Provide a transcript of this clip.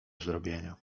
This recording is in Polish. zrobienia